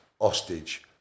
hostage